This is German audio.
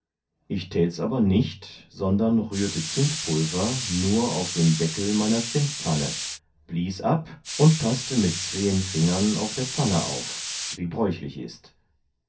ich täts aber nicht sondern rührte zindpulver nur auf den deckel meiner zindpfanne blies ab und paßte mit zween fingern auf der pfanne auf wie bräuchlich ist